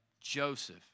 Joseph